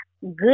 good